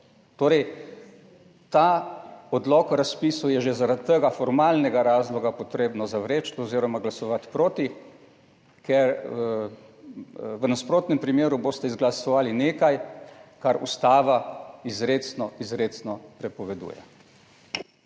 Torej, ta odlok o razpisu je že zaradi tega formalnega razloga potrebno zavreči oziroma glasovati proti, ker v nasprotnem primeru boste izglasovali nekaj, kar Ustava izrecno, izrecno prepoveduje.